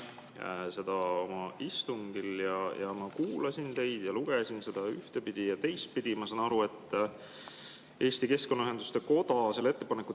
seda oma istungil. Ma kuulasin teid ja lugesin seda ühtepidi ja teistpidi. Ma saan aru, et Eesti Keskkonnaühenduste Koda selle ettepaneku